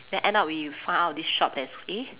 then end up we found out this shop that's eh